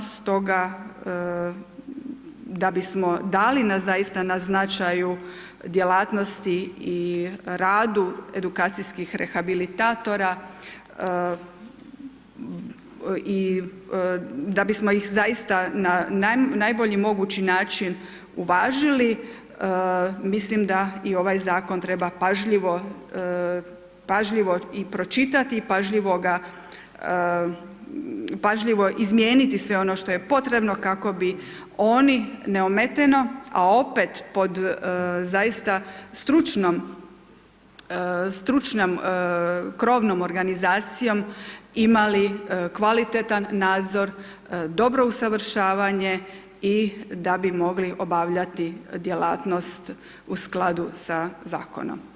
Stoga da bismo dali na zaista na značaju djelatnosti i rada edukacijskih rehabilitatora i da bismo ih zaista na najbolji mogući način uvažili mislim da i ovaj zakon treba pažljivo, pažljivo i pročitati i pažljivo ga, pažljivo izmijeniti sve ono što je potrebo kako bi oni neometeno, a opet po zaista stručnom, stručnom krovnom organizacijom imali kvalitetan nadzor, dobro usavršavanje i da bi mogli obavljati djelatnost u skladu sa zakonom.